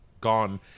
gone